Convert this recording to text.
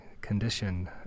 condition